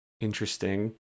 interesting